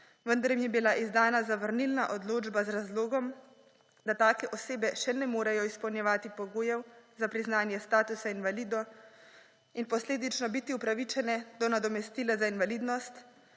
vendar jim je bila izdana zavrnilna odločba z razlogom, da take osebe še ne morejo izpolnjevati pogojev za priznanje statusa invalida in posledično biti upravičene do nadomestila za invalidnost,